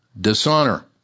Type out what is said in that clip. Dishonor